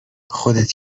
خودت